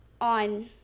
on